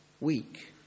week